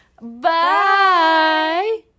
Bye